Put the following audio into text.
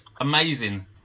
Amazing